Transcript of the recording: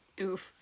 Oof